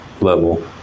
level